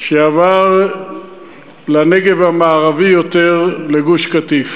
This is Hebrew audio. שעבר לנגב המערבי יותר, לגוש-קטיף.